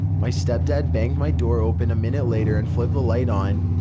my step-dad banged my door open a minute later and flipped the light on.